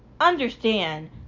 understand